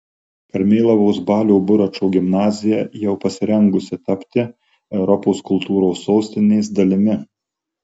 karmėlavos balio buračo gimnazija jau pasirengusi tapti europos kultūros sostinės dalimi